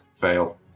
Fail